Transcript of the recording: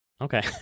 Okay